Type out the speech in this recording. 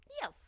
Yes